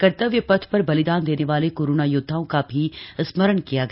कर्तव्य पथ पर बलिदान देने वाले कोरोना योद्वाओं का भी स्मरण किया गया